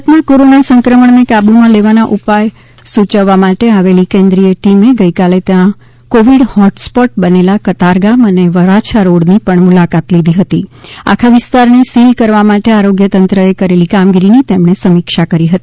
સુરતમાં કોરોના સંક્રમણ ને કાબૂ માં લેવાના ઉપાય સૂચવવા માટે આવેલી કેન્દ્રિય ટીમે ગઇકાલે ત્યાં કોવિડ હોટ સ્પોટ બનેલા કતારગામ અને વરાછા રોડની મુલાકાત લીધી હતી અને આખા વિસ્તાર ને સીલ કરવા માટે આરોગ્ય તંત્ર એ કરેલી કામગીરીની સમિક્ષા કરી હતી